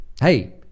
hey